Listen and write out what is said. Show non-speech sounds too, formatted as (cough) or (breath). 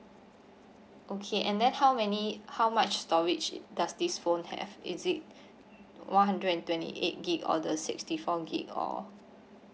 okay and then how many how much storage it does this phone have is it (breath) one hundred and twenty eight G_B or the sixty four G_B or